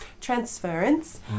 transference